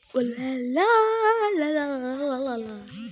হুন্ডি হসে এক ধরণের এগ্রিমেন্ট যাইর সঙ্গত কোনো শর্ত যোগ থাকেক নাই